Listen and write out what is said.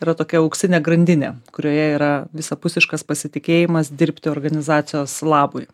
yra tokia auksinė grandinė kurioje yra visapusiškas pasitikėjimas dirbti organizacijos labui